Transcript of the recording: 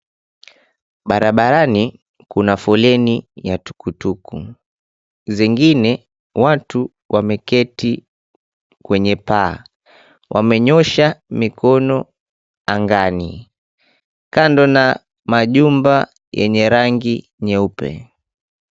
Barabarani kuna foleni ya tukutuku, zingine watu wameketi kwenye paa wamenyosha mikono angani kando na majumba yenye rangi nyeupe.